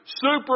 Super